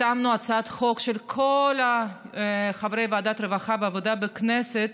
החתמנו על הצעת חוק את כל חברי ועדת העבודה והרווחה בכנסת,